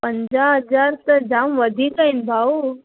पंजा हज़ार त जाम वधीक आहिनि भाऊ